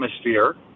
atmosphere